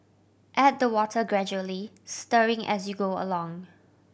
add the water gradually stirring as you go along